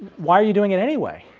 why're you doing it anyway.